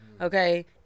okay